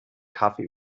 kaffee